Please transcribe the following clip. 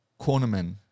Cornermen